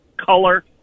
color